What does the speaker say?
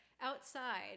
outside